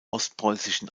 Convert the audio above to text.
ostpreußischen